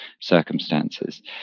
circumstances